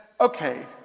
Okay